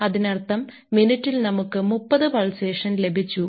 അതിനർത്ഥം മിനിറ്റിൽ നമുക്ക് 30 പൾസേഷൻ ലഭിച്ചു